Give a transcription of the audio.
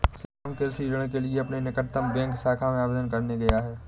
श्याम कृषि ऋण के लिए अपने निकटतम बैंक शाखा में आवेदन करने गया है